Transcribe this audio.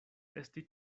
esti